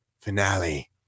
finale